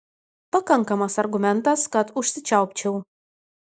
pakankamas argumentas kad užsičiaupčiau